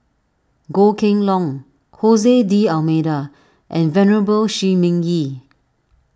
Goh Kheng Long Jose D'Almeida and Venerable Shi Ming Yi